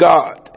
God